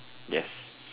yes